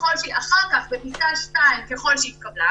אחר כך בפסקה 2 "ככל שהתקבלה",